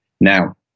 Now